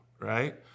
right